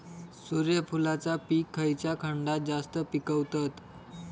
सूर्यफूलाचा पीक खयच्या खंडात जास्त पिकवतत?